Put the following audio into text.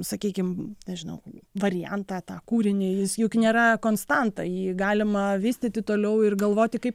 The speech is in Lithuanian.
sakykim nežinau variantą tą kūrinį jis juk nėra konstanta jį galima vystyti toliau ir galvoti kaip